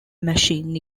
machine